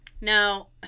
Now